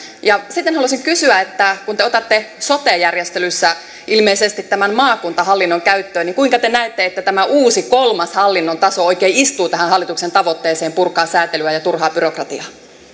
sitten haluaisin kysyä että kun te otatte sote järjestelyissä ilmeisesti tämän maakuntahallinnon käyttöön niin kuinka te näette että tämä uusi kolmas hallinnon taso oikein istuu tähän hallituksen tavoitteeseen purkaa sääntelyä ja turhaa byrokratiaa